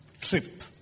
trip